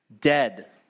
dead